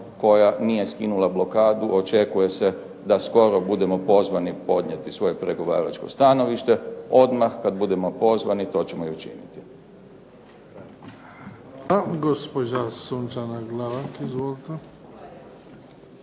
koja nije skinula blokadu. Očekuje se da skoro budemo pozvani podnijeti svoje pregovaračko stanovište. Odmah kada budemo pozvani to ćemo i učiniti.